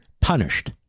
punished